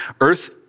earth